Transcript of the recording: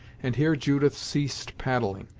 and here judith ceased paddling,